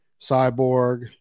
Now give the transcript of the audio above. Cyborg